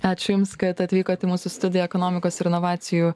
ačiū jums kad atvykot į mūsų studiją ekonomikos ir inovacijų